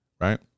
Right